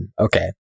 Okay